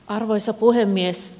arvoisa puhemies